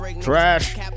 trash